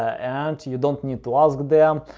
and you don't need to ask them,